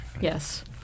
Yes